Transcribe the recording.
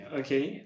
okay